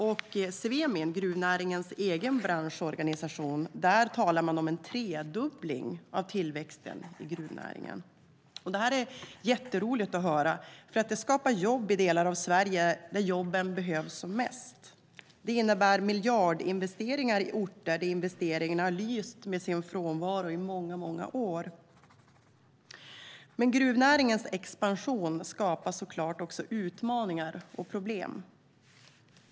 I Svemin, gruvnäringens egen branschorganisation, talar de om en tredubbling av tillväxten i gruvnäringen. Det är jätteroligt att höra. Det skapar jobb i de delar av Sverige där jobben behövs som mest. Det innebär miljardinvesteringar på orter där investeringarna har lyst med sin frånvaro i många år. Men gruvnäringens expansion skapar såklart också utmaningar och problem.